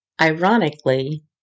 Ironically